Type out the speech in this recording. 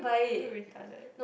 are you retarded